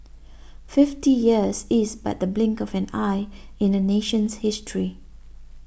fifty years is but the blink of an eye in a nation's history